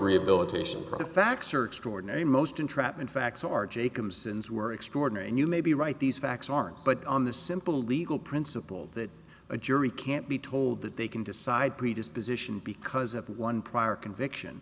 rehabilitation or the facts are extraordinary most entrapment facts are jacobson's were extraordinary and you may be right these facts aren't but on the simple legal principle that a jury can't be told that they can decide predisposition because of one prior conviction